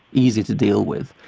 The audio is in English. easy to deal with.